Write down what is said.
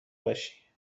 باشی